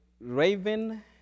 Raven